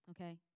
okay